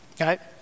okay